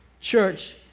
Church